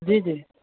जी